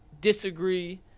disagree